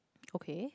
okay